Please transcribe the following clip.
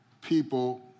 people